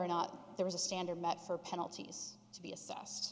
or not there was a standard met for penalties to be a